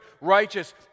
righteous